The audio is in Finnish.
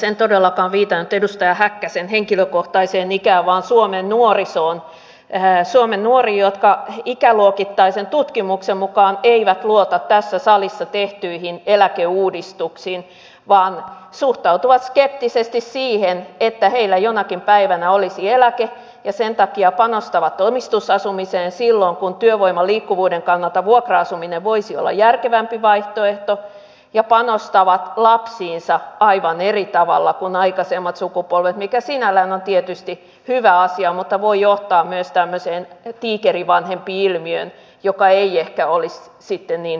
en todellakaan viitannut edustaja häkkäsen henkilökohtaiseen ikään vaan suomen nuorisoon suomen nuoriin jotka ikäluokittaisen tutkimuksen mukaan eivät luota tässä salissa tehtyihin eläkeuudistuksiin vaan suhtautuvat skeptisesti siihen että heillä jonakin päivänä olisi eläke ja sen takia panostavat omistusasumiseen silloin kun työvoiman liikkuvuuden kannalta vuokra asuminen voisi olla järkevämpi vaihtoehto ja panostavat lapsiinsa aivan eri tavalla kuin aikaisemmat sukupolvet mikä sinällään on tietysti hyvä asia mutta voi johtaa myös tämmöiseen tiikerivanhempi ilmiöön joka ei ehkä olisi sitten niin toivottavaa